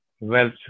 wealth